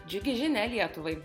džiugi žinia lietuvai